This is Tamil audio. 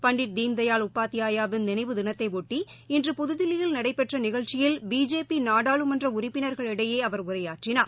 பண்டிட் தீன்தயாள் உபாத்தியாயா விள் நினைவு தினத்தைபொட்டி இன்று புதுதில்லியில் நடைபெற்றநிகழ்ச்சியில் பிஜேபிநாடாளுமன்றஉறுப்பினர்களிடையேஅவர் உரையாற்றினார்